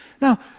Now